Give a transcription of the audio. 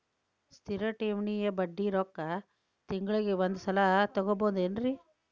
ಸ್ಥಿರ ಠೇವಣಿಯ ಬಡ್ಡಿ ರೊಕ್ಕ ತಿಂಗಳಿಗೆ ಒಂದು ಸಲ ತಗೊಬಹುದೆನ್ರಿ?